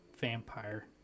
Vampire